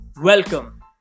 Welcome